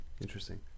interesting